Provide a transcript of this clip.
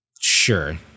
sure